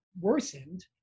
worsened